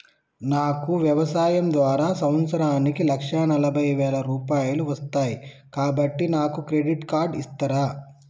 నాకు వ్యవసాయం ద్వారా సంవత్సరానికి లక్ష నలభై వేల రూపాయలు వస్తయ్, కాబట్టి నాకు క్రెడిట్ కార్డ్ ఇస్తరా?